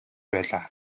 байлаа